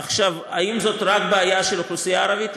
עכשיו, האם זאת בעיה רק של האוכלוסייה הערבית?